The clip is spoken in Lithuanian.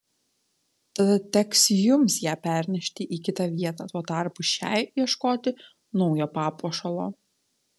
tada teks jums ją pernešti į kitą vietą tuo tarpu šiai ieškoti naujo papuošalo